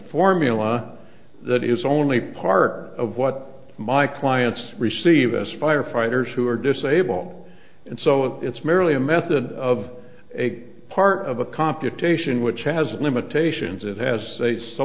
formula that is only part of what my clients receive us firefighters who are disabled and so it's merely a method of a part of a computation which has limitations it has